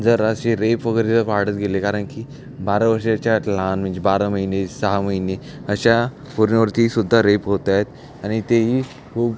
जर असे रेप वगैरे जर वाढत गेले कारण की बारा वर्षाच्या आत लहान म्हणजे बारा महिने सहा महिने अशा पोरींवरतीसुद्धा रेप होत आहेत आणि तेही खूप